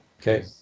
Okay